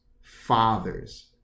fathers